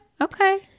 Okay